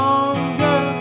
Longer